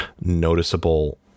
noticeable